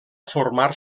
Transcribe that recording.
formar